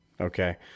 Okay